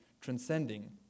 transcending